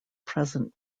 present